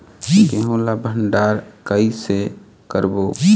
गेहूं ला भंडार कई से करबो?